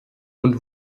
und